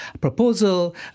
proposal